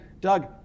Doug